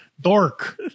Dork